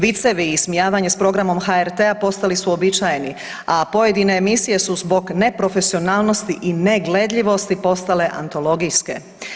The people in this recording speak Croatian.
Vicevi i ismijavanje s programom HRT postali su uobičajeni, a pojedine emisije su zbog neprofesionalnosti i negledljivosti postale antologijske.